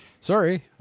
Sorry